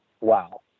Wow